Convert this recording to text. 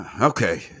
Okay